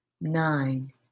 nine